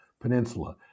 peninsula